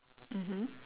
mmhmm